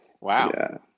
wow